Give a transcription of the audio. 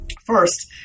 First